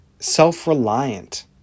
Self-reliant